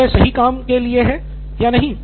क्या यह सही काम के लिए है या नहीं